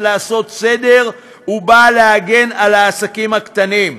לעשות סדר ונועדה להגן על העסקים הקטנים?